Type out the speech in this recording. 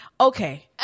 okay